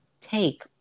take